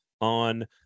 on